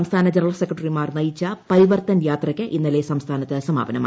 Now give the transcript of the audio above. സംസ്ഥാന ജനറൽ സെക്രട്ടറിമാർ നയിച്ച പരിവർത്തൻ യാത്രയ്ക്ക് ഇന്നലെ സംസ്ഥാനത്ത് സമാപനമായി